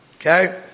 Okay